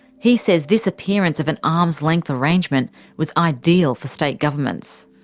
he says this appearance of an arms-length arrangement was ideal for state governments.